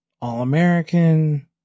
all-American